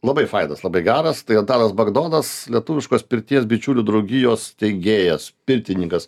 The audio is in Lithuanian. labai fainas labai geras tai antanas bagdonas lietuviškos pirties bičiulių draugijos steigėjas pirtininkas